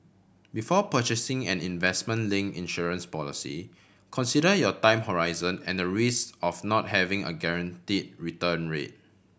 before purchasing an investment link insurance policy consider your time horizon and the risk of not having a guarantee return rate